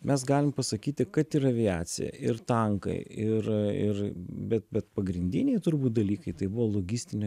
mes galim pasakyti kad ir aviacija ir tankai ir ir bet bet pagrindiniai turbūt dalykai tai buvo logistinė